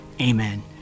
amen